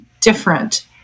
different